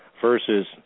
versus